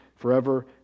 forever